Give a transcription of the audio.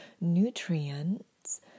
nutrients